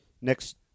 Next